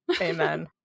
Amen